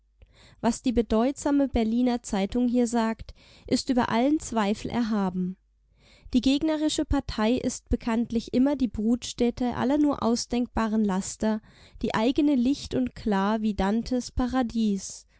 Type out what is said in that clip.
was die bedeutsame berliner zeitung hier sagt ist über allen zweifel erhaben die gegnerische partei ist bekanntlich immer die brutstätte aller nur ausdenkbaren laster die eigene licht und klar wie dantes paradies